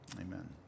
Amen